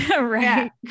Right